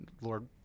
Lord